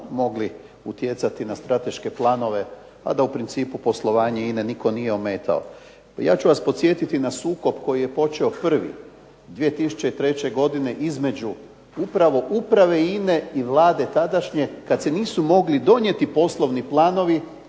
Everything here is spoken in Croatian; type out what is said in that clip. mogli utjecati na strateške planove, a da u principu poslovanje INA-e nitko nije ometao. Ja ću vas podsjetiti na sukob koji je počeo prvi 2003. godine između upravo Uprave INA-e i Vlade tadašnje kad se nisu mogli donijeti poslovni planovi